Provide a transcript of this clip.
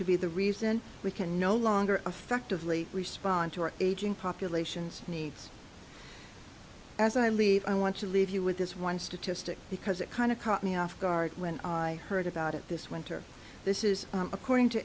to be the reason we can no longer affectively respond to our aging populations needs as i leave i want to leave you with this one statistic because it kind of caught me off guard when i heard about it this winter this is according to